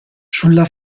sulla